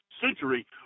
century